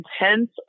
intense